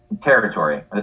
territory